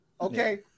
okay